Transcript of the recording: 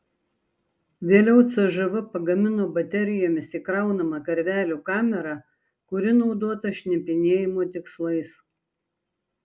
vėliau cžv pagamino baterijomis įkraunamą karvelių kamerą kuri naudota šnipinėjimo tikslais